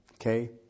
Okay